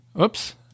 Oops